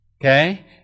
Okay